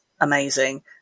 amazing